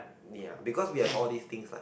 ya because we have all these things like